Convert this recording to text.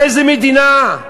איזה מדינה,